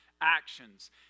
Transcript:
actions